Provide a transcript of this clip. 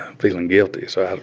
feeling guilty. so i